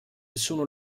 sono